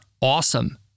awesome